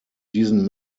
diesen